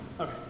Okay